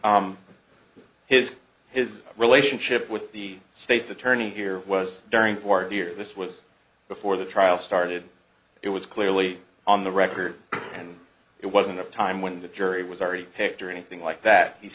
so his his relationship with the state's attorney here was during for a year this was before the trial started it was clearly on the record and it wasn't a time when the jury was already picked or anything like that he